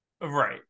right